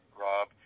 Rob